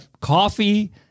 coffee